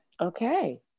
Okay